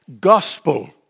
gospel